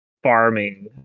farming